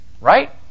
Right